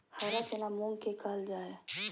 हरा चना मूंग के कहल जा हई